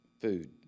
food